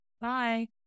Bye